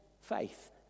faith